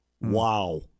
Wow